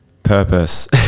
purpose